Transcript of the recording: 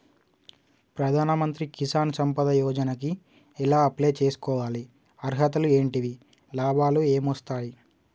ప్రధాన మంత్రి కిసాన్ సంపద యోజన కి ఎలా అప్లయ్ చేసుకోవాలి? అర్హతలు ఏంటివి? లాభాలు ఏమొస్తాయి?